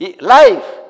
Life